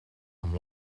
amb